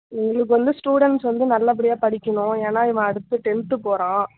உங்களுக்கு வந்து ஸ்டூடெண்ட்ஸ் வந்து நல்லபடியாக படிக்கணும் ஏன்னா இவன் அடுத்து டென்த்து போகறான்